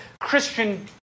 Christian